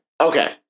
Okay